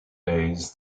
days